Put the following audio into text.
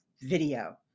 video